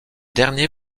dernier